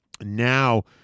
now